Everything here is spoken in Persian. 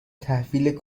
تحویل